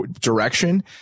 direction